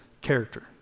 character